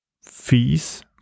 fees